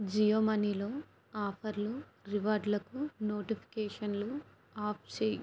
జియో మనీలో ఆఫర్లు రివార్డులకు నోటిఫికకేషన్లు ఆఫ్ చేయి